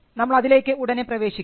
നമ്മൾ അതിലേക്ക് ഉടനെ പ്രവേശിക്കും